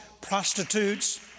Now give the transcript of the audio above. prostitutes